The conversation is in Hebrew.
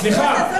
סליחה,